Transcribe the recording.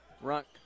Ruck